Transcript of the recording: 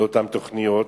לאותן תוכניות,